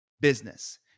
business